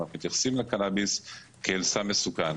אנחנו מתייחסים לקנאביס כאל סם מסוכן,